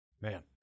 Man